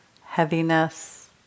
heaviness